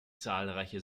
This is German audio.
zahlreiche